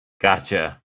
Gotcha